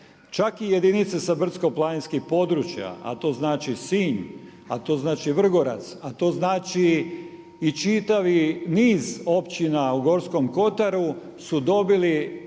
čak i jedinice sa brdsko-planinskih područja a to znači Sinj, a to znači Vrgorac, a to znači i čitavi niz općina u Gorskom kotaru su dobili